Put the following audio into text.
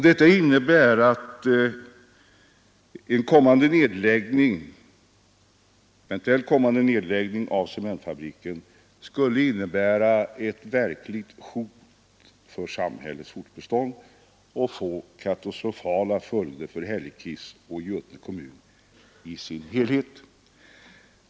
Detta innebär att en eventuell kommande nedläggning av cementfabriken skulle vara ett verkligt hot mot samhällets fortbestånd och skulle få katastrofala följder för Hällekis och för Götene kommun i dess helhet.